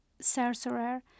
sorcerer